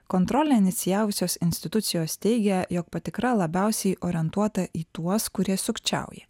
kontrolę inicijavusios institucijos teigia jog patikra labiausiai orientuota į tuos kurie sukčiauja